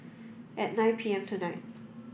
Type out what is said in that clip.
at nine P M tonight